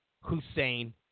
Hussein